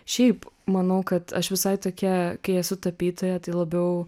šiaip manau kad aš visai tokia kai esu tapytoja tai labiau